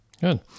Good